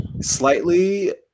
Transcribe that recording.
slightly